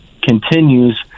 continues